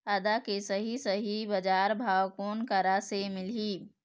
आदा के सही सही बजार भाव कोन करा से मिलही?